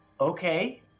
Okay